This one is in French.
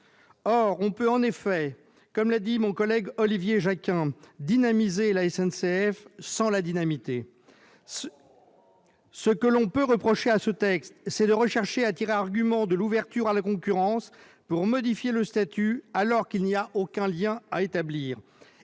! On peut, comme l'a dit mon collègue Olivier Jacquin, dynamiser la SNCF sans la dynamiter ! Ce que l'on peut reprocher aux auteurs de ce texte, c'est de vouloir tirer argument de l'ouverture à la concurrence pour modifier le statut, alors qu'il n'y a aucun lien à établir.